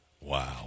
Wow